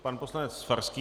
Pan poslanec Farský.